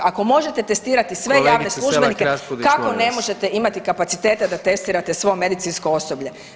Ako možete testirati sve javne službenike, [[Upadica: Kolegice Selak Raspudić, molim vas.]] kako ne možete imati kapacitete da testirate svo medicinsko osoblje?